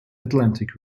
atlantic